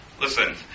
listen